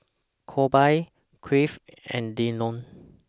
Colby Cleve and Dillon